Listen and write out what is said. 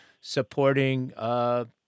supporting